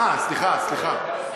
סליחה, סליחה.